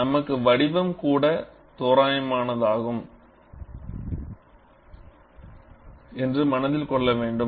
நமக்கு வடிவம் கூட ஒரு தோராயமானதாகும் என்று மனதில் கொள்ள வேண்டும்